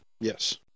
yes